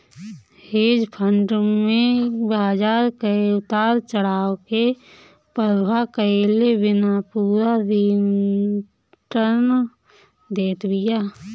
hedge fund में बाजार कअ उतार चढ़ाव के परवाह कईले बिना पूरा रिटर्न देत बिया